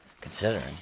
considering